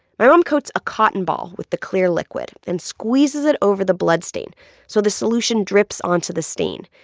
my mom coats a cotton ball with the clear liquid and squeezes it over the bloodstain so the solution drips onto the stain.